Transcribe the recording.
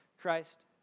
Christ